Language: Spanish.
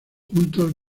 juntos